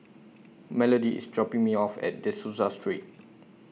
Melodie IS dropping Me off At De Souza Street